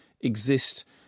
exist